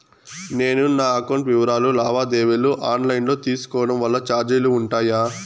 నేను నా అకౌంట్ వివరాలు లావాదేవీలు ఆన్ లైను లో తీసుకోవడం వల్ల చార్జీలు ఉంటాయా?